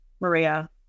Maria